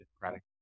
democratic